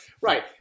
Right